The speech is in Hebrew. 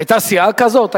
היתה סיעה כזאת?